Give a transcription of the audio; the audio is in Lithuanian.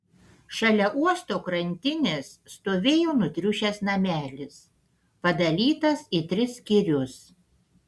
šalia uosto krantinės stovėjo nutriušęs namelis padalytas į tris skyrius